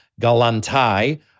Galantai